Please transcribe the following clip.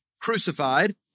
crucified